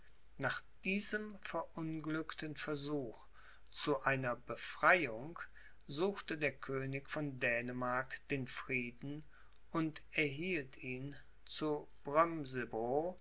nach diesem verunglückten versuch zu seiner befreiung suchte der könig von dänemark den frieden und erhielt ihn zu